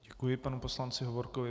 Děkuji panu poslanci Hovorkovi.